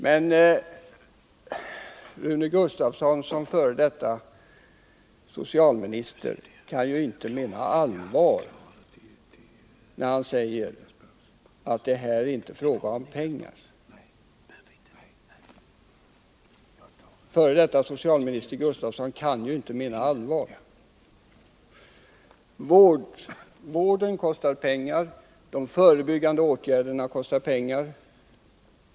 Men Rune Gustavsson som f. d. socialminister kan inte mena allvar när han säger att detta inte är en fråga om pengar. Vården kostar pengar, de förebyggande åtgärderna kostar pengar.